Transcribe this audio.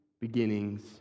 beginnings